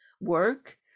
work